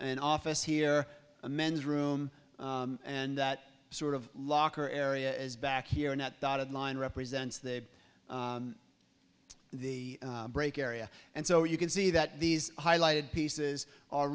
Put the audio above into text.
an office here a men's room and that sort of locker area is back here and that dotted line represents the the break area and so you can see that these highlighted pieces are